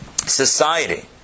society